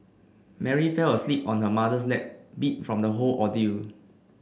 Mary fell asleep on her mother's lap beat from the whole ordeal